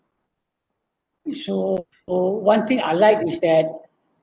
so all one thing I like is that